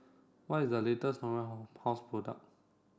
what is the latest Natura how pose product